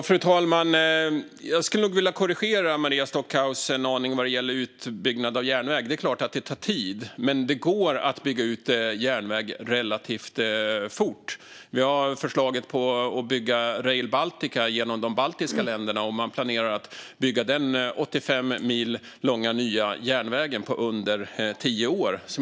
Fru talman! Jag skulle vilja korrigera Maria Stockhaus en aning vad gäller utbyggnad av järnväg. Det är klart att det tar tid, men det går att bygga ut järnväg relativt fort. Nu finns förslag om att bygga Rail Baltica genom de baltiska länderna. Man planerar att bygga den 85 mil långa nya järnvägen på mindre än tio år.